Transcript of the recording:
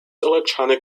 electronic